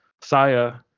Saya